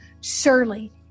surely